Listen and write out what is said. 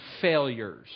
failures